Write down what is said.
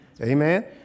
Amen